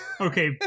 Okay